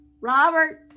Robert